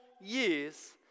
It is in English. years